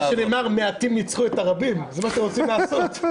"מעטים ניצחו את הרבים", זה מה שרוצים לעשות.